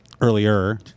earlier